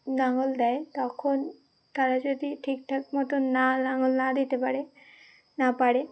নাঙল দেয় তখন তারা যদি ঠিকঠাক মতো না লাঙল না দিতে পারে না পারে